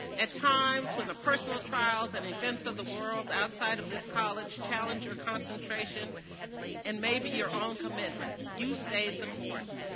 at times when the personal trials and events of the world outside of this college challenge your concentration and maybe your own commitment, you stayed the course.